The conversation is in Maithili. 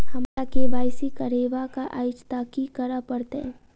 हमरा केँ वाई सी करेवाक अछि तऽ की करऽ पड़तै?